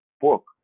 book